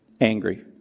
angry